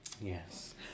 Yes